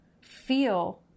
feel